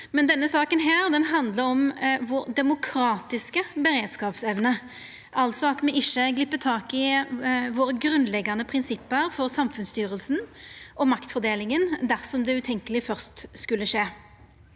Men denne saka handlar om vår demokratiske beredskapsevne, altså at me ikkje glepp taket i våre grunnleggjande prinsipp for samfunnsstyring og maktfordeling dersom det utenkjelege først skulle skje.